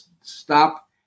stop